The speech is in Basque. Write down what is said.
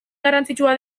garrantzitsua